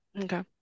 Okay